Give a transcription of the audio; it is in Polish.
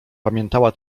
pamiętała